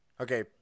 Okay